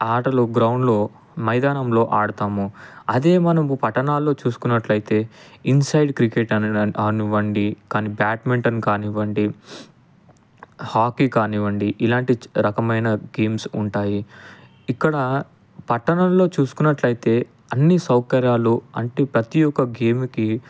ఆటలు గ్రౌండ్లో మైదానంలో ఆడుతాము అదే మనము పట్టణాల్లో చూసుకున్నట్లయితే ఇన్సైడ్ క్రికెట్ అనడా ఆనివ్వండి కాని బ్యాట్మెంటన్ కానివ్వండి హాకీ కానివ్వండి ఇలాంటి రకమైన గేమ్స్ ఉంటాయి ఇక్కడ పట్టణంలో చూసుకున్నట్లయితే అన్ని సౌకర్యాలు అంటే ప్రతి ఒక్క గేమ్కి